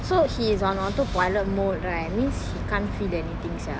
so he is on autopilot mode right means he can't feel anything sia